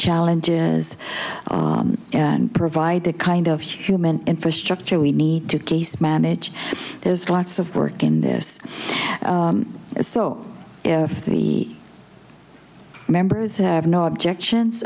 challenges and provide the kind of human infrastructure we need to case manage there's lots of work in this so if the members have no objections